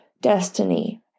destiny